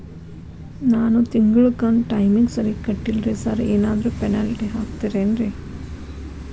ನಾನು ತಿಂಗ್ಳ ಕಂತ್ ಟೈಮಿಗ್ ಸರಿಗೆ ಕಟ್ಟಿಲ್ರಿ ಸಾರ್ ಏನಾದ್ರು ಪೆನಾಲ್ಟಿ ಹಾಕ್ತಿರೆನ್ರಿ?